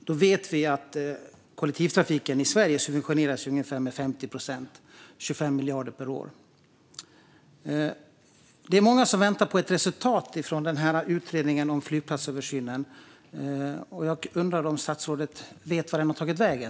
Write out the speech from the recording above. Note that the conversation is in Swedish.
Då vet vi att kollektivtrafiken i Sverige subventioneras med ungefär 50 procent, 25 miljarder per år. Det är många som väntar på ett resultat från utredningen om flygplatsöversynen. Jag undrar om statsrådet vet vart den har tagit vägen.